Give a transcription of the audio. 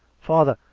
father,